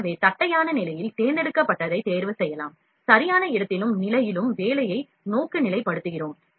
எனவே தட்டையான நிலையில் தேர்ந்தெடுப்பதைத் தேர்வுசெய்யலாம் சரியான இடத்திலும் நிலையிலும் வேலையை நோக்குநிலைப்படுத்துகிறோம்